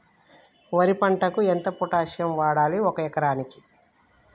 వరి పంటకు ఎంత పొటాషియం వాడాలి ఒక ఎకరానికి?